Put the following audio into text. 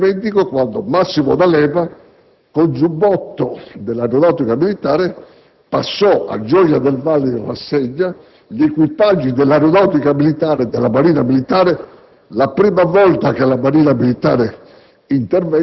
Non dimentico quando Massimo D'Alema, con il giubbotto dell'Aeronautica militare, a Gioia del Colle passò in rassegna gli equipaggi dell'Aeronautica militare e della Marina militare, la prima volta che la Marina militare